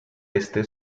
este